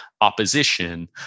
opposition